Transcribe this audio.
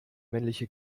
männliche